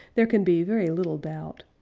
there can be very little doubt.